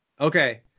Okay